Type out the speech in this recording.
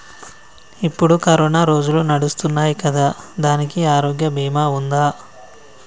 ఇప్పుడు కరోనా రోజులు నడుస్తున్నాయి కదా, దానికి ఆరోగ్య బీమా ఉందా?